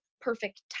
perfect